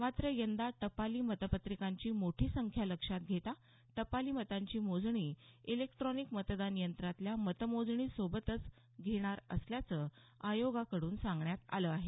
मात्र यंदा टपाली मतपत्रिकांची मोठी संख्या लक्षात घेता टपाली मतांची मोजणी इलेक्ट्रॉनिक मतदान यंत्रातल्या मतमोजणीसोबतच घेणार असल्याचं आयोगाकड्रन सांगण्यात आलं आहे